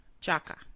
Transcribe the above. Chaka